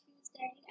Tuesday